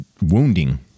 wounding